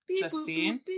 justine